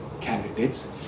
candidates